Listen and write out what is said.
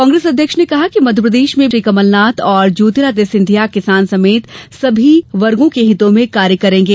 कांग्रेस अध्यक्ष ने कहा कि मध्यप्रदेश में श्री कमलनाथ और ज्योतिरादित्य सिंधिया किसान समेत सभी के हित में कार्य करेंगे